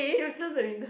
she will close the window